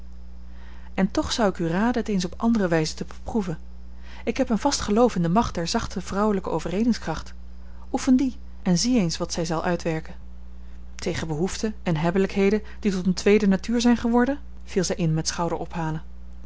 en toch zou ik u raden het eens op andere wijze te beproeven ik heb een vast geloof in de macht der zachte vrouwelijke overredingskracht oefen die en zie eens wat zij zal uitwerken tegen behoeften en hebbelijkheden die tot eene tweede natuur zijn geworden viel zij in met schouderophalen